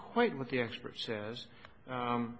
quite what the expert says